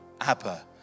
Abba